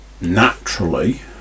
naturally